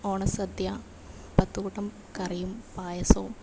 ഓണസദ്യ പത്തു കൂട്ടം കറിയും പായസവും